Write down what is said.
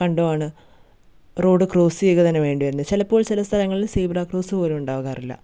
കണ്ടുമാണ് road cross ചെയ്യുക തന്നെ വേണ്ടി വരുന്നത് ചിലപ്പോൾ ചില സ്ഥലങ്ങളിൽ സീബ്ര ക്രോസ് പോലും ഉണ്ടാകാറില്ല